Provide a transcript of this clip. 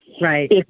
Right